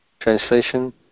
translation